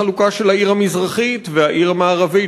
החלוקה של העיר המזרחית והעיר המערבית,